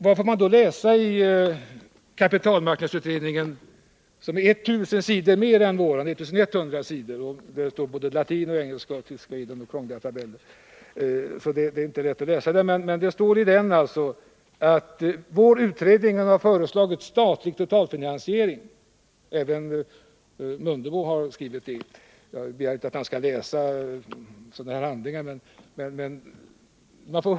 Vad får man då läsa i kapitalmarknadsutredningen, som innehåller 1 000 sidor mer än vår utredning, nämligen 1 100 sidor? Det står på latin, engelska och tyska i den, och det finns krångliga tabeller. Det är alltså inte lätt att läsa den. Men det står att vår utredning har föreslagit statlig totalfinansiering. Även Ingemar Mundebo har skrivit det i sin proposition. Jag begär inte att han skall läsa sådana här handlingar.